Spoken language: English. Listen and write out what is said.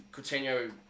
Coutinho